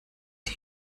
dem